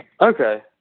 Okay